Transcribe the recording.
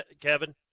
Kevin